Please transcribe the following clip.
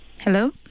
Hello